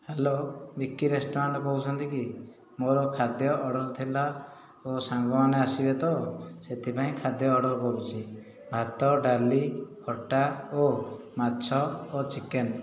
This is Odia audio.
ହ୍ୟାଲୋ ବିକି ରେଷ୍ଟୁରାଣ୍ଟ କହୁଛନ୍ତି କି ମୋର ଖାଦ୍ୟ ଅର୍ଡ଼ର ଥିଲା ମୋ ସାଙ୍ଗମାନେ ଆସିବେ ତ ସେଥିପାଇଁ ଖାଦ୍ୟ ଅର୍ଡ଼ର କରୁଛି ଭାତ ଡାଲି ଖଟା ଓ ମାଛ ଓ ଚିକେନ୍